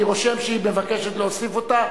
אני רושם שהיא מבקשת להוסיף אותה.